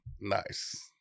Nice